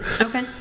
Okay